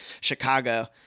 Chicago